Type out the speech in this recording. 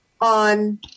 on